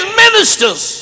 ministers